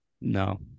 No